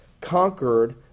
conquered